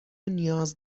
نیاز